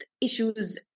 issues